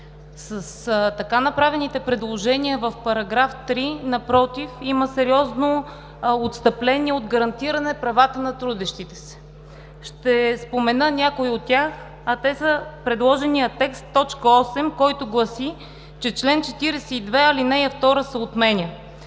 С така направените предложения в § 3 има сериозно отстъпление от гарантиране правата на трудещите се. Ще спомена някои от тях, а те са предложеният текст – т. 8, който гласи, че „чл. 42, ал. 2 се отменя“.